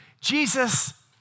Jesus